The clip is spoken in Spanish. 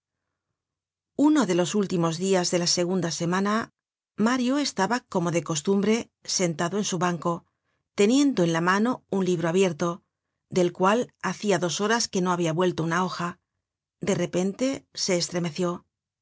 uno de los últimos dias de la segunda semana mario estaba como de costumbre sentado en su banco teniendo en la mano un libro abierto del cual hacia dos horas que no habia vuelto una hoja de repente se estremeció